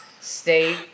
state